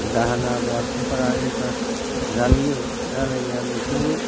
दाहोना रुवाथिफोरा इन्ट्रेस्ट जाहैयो जालायनाया बिसोरबो